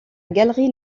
galerie